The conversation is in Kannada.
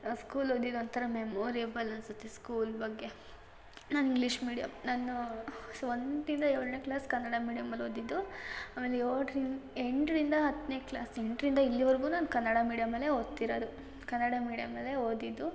ಸ್ಕೂಲ್ ಓದಿದ್ದು ಒಂಥರ ಮೆಮೋರೇಬಲ್ ಅನಿಸುತ್ತೆ ಸ್ಕೂಲ್ ಬಗ್ಗೆ ನಾನು ಇಂಗ್ಲೀಷ್ ಮೀಡಿಯಮ್ ನಾನೂ ಸ್ವಂತಿಂದ ಏಳನೇ ಕ್ಲಾಸ್ ಕನ್ನಡ ಮೀಡಿಯಮಲ್ಲಿ ಓದಿದ್ದು ಆಮೇಲೆ ಯೋಳ್ರಿನ್ ಎಂಟರಿಂದ ಹತ್ತನೇ ಕ್ಲಾಸ್ ಎಂಟರಿಂದ ಇಲ್ಲಿವರೆಗೂ ನಾನು ಕನ್ನಡ ಮೀಡಿಯಮಲ್ಲೇ ಓದ್ತಿರೋದು ಕನ್ನಡ ಮೀಡಿಯಮಲ್ಲೇ ಓದಿದ್ದು